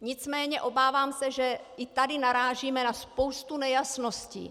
Nicméně obávám se, že i tady narážíme na spoustu nejasností.